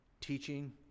teaching